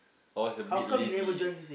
I was a bit lazy